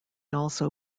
also